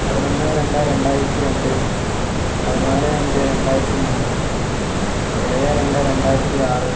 പതിനൊന്ന് രണ്ട് രണ്ടായിരത്തി രണ്ട് പതിനാല് അഞ്ച് രണ്ടായിരത്തി മൂന്ന് ഏഴ് രണ്ട് രണ്ടായിരത്തി ആറ്